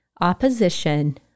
opposition